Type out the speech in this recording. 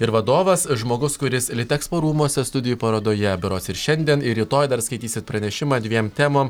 ir vadovas žmogus kuris litexpo rūmuose studijų parodoje berods ir šiandien ir rytoj dar skaitysit pranešimą dviem temom